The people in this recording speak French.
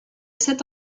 sept